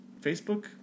Facebook